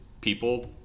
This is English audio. People